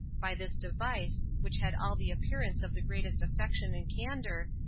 by this device, which had all the appearance of the greatest affection and candor,